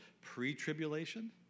pre-tribulation